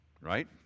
right